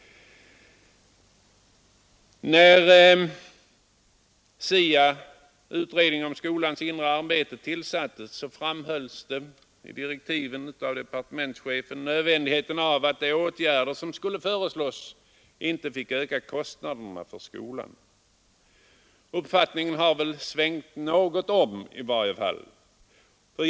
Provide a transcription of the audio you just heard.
När SIA — utredningen om skolans inre arbete — tillsattes, framhöll departementschefen i direktiven nödvändigheten av att de åtgärder som skulle föreslås inte fick öka kostnaderna för skolan. Denna uppfattning har väl i varje fall svängt om något.